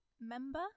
member